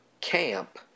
camp